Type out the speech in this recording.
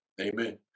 amen